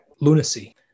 lunacy